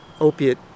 Opiate